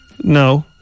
No